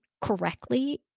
correctly